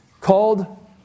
called